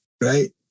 Right